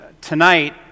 tonight